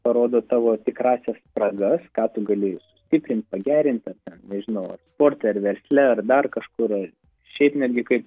parodo tavo tikrąsias spragas ką tu gali stiprint pagerint nežinau ar sporte ar versle ar dar kažkur ar šiaip netgi kaip